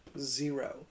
zero